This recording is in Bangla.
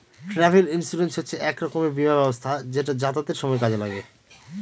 ট্রাভেল ইন্সুরেন্স হচ্ছে এক রকমের বীমা ব্যবস্থা যেটা যাতায়াতের সময় কাজে লাগে